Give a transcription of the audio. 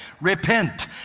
Repent